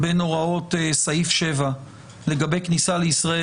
בין הוראות סעיף 7 לגבי כניסה לישראל